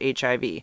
HIV